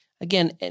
Again